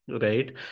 right